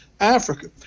Africa